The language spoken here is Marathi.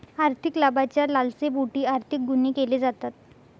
आर्थिक लाभाच्या लालसेपोटी आर्थिक गुन्हे केले जातात